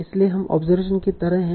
इसलिए हम ऑब्जरवेशन की तरह हैं